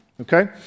okay